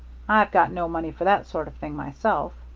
i've got no money for that sort of thing myself.